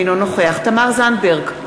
אינו נוכח תמר זנדברג,